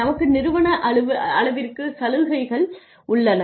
நமக்கு நிறுவன அளவிற்குச் சலுகைகள் உள்ளன